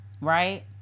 right